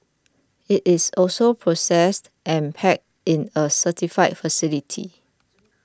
it is also processed and packed in a certified facility